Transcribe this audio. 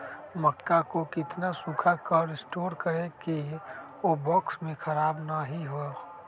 मक्का को कितना सूखा कर स्टोर करें की ओ बॉक्स में ख़राब नहीं हो?